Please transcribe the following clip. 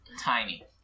Tiny